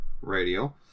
Radio